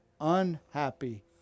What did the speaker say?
Unhappy